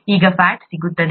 ಆಗ ಫ್ಯಾಟ್ ಸಿಗುತ್ತದೆ